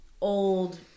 old